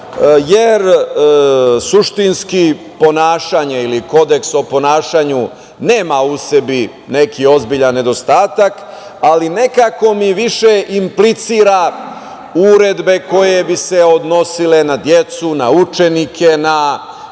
jer suštinski ponašanje ili kodeks o ponašanju nema u sebi neki ozbiljan nedostatak, ali nekako mi više implicira uredbe koje bi se odnosile na decu, na učenike, na kategorije